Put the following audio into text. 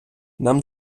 нам